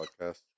podcast